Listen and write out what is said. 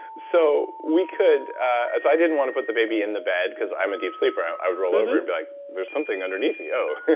so, we could. so i didn't want to put the baby in the bed, because i'm a deep sleeper. um i would roll over and be like, there's something underneath me. oh.